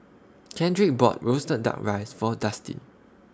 Kendrick bought Roasted Duck Rice For Dustin